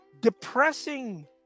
depressing